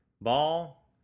ball